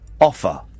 offer